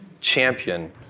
champion